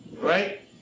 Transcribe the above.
Right